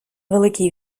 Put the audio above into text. великій